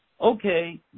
okay